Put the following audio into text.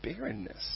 barrenness